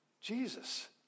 Jesus